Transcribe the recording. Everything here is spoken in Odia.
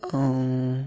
ହଁ